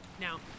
Now